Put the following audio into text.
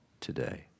today